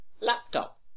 laptop